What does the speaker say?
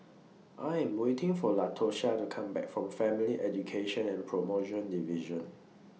I Am waiting For Latosha to Come Back from Family Education and promotion Division